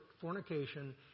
fornication